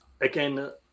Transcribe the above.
Again